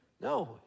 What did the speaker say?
No